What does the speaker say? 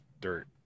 dirt